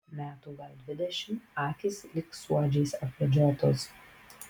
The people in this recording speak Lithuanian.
metų gal dvidešimt akys lyg suodžiais apvedžiotos